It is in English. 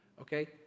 okay